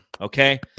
Okay